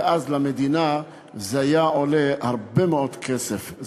ואז למדינה זה היה עולה הרבה מאוד כסף,